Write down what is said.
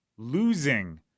Losing